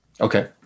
Okay